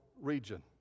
region